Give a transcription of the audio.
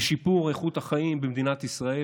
לשיפור איכות החיים במדינת ישראל,